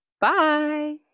Bye